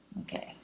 Okay